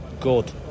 good